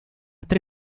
tre